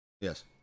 yes